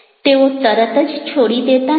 તેઓ તરત જ છોડી દેતા નથી